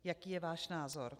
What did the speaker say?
Jaký je váš názor?